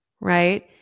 right